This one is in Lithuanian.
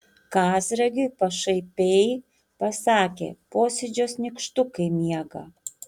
kazragiui pašaipiai pasakė posėdžiuos nykštukai miega